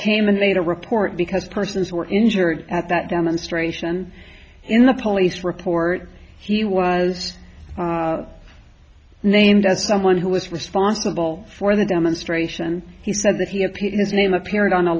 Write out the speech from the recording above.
came and made a report because persons were injured at that demonstration in the police report he was named as someone who was responsible for the demonstration he said that he had paid his name appeared on a